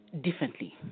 differently